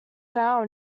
found